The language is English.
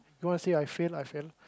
you want to say I fail I fail